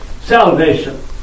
salvation